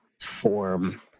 form